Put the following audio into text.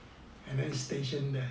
and then stationed there